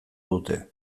dute